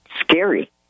Scary